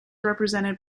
represented